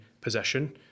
possession